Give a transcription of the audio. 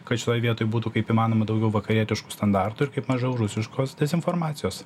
kad šitoj vietoj būtų kaip įmanoma daugiau vakarietiškų standartų ir kaip mažiau rusiškos dezinformacijos